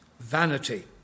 vanity